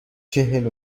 چهل